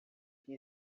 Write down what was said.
que